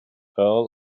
earl